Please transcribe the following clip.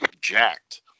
jacked